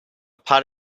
pot